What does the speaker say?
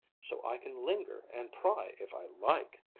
so i can linger and pry if i like!